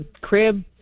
crib